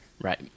right